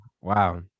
wow